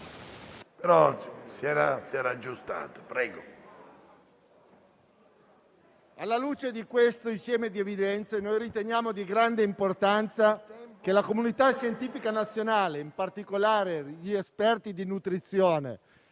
di un alimento. Alla luce di questo insieme di evidenze noi riteniamo di grande importanza che la comunità scientifica nazionale, in particolare gli esperti di nutrizione